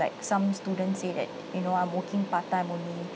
like some students say that you know I'm working part-time only